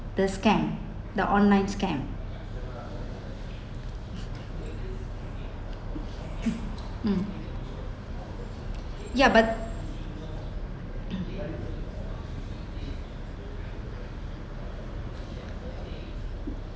the scam the online scam mm ya but